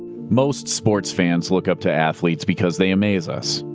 most sports fans look up to athletes because they amaze us.